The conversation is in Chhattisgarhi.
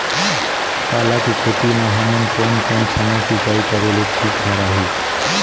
पाला के खेती मां हमन कोन कोन समय सिंचाई करेले ठीक भराही?